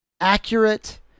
accurate